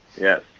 yes